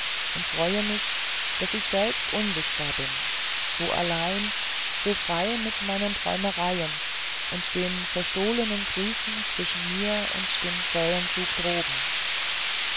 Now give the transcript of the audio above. und freue mich daß ich selbst unsichtbar bin so allein so frei mit meinen träumereien und den verstohlenen grüßen zwischen mir und dem krähenzug droben